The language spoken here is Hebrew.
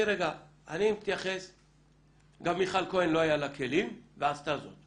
גם מיכל כהן, לא היו לה כלים ועשתה זאת,